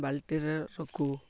ବାଲ୍ଟିରେ ରୁଖୁ